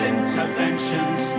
Interventions